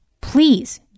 please